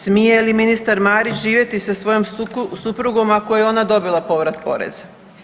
Smije li ministar Marić živjeti sa svojom suprugom ako je ona dobila povrat poreza?